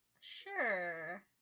Sure